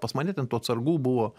pas mane ten tų atsargų buvo